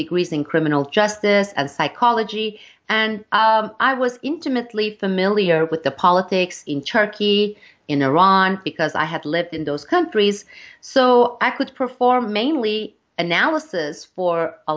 reason criminal justice and psychology and i was intimately familiar with the politics in turkey in iran because i had lived in those countries so i could perform mainly analysis for a